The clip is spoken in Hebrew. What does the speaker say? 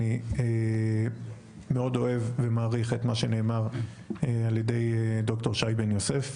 אני מאוד אוהב ומעריך את מה שנאמר על ידי דוקטור שי בן יוסף,